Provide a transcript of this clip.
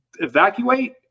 evacuate